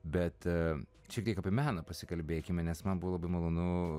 bet šiek tiek meną pasikalbėkime nes man buvo labai malonu